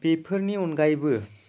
बेफोरनि अनगायैबो